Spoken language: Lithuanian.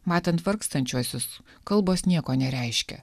matant vargstančiuosius kalbos nieko nereiškia